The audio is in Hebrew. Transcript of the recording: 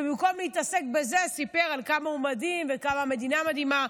ובמקום להתעסק בזה סיפר על כמה הוא מדהים וכמה המדינה מדהימה,